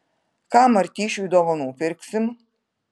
ką martyšiui dovanų pirksim